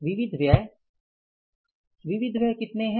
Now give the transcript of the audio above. विविध व्यय विविध व्यय कितने हैं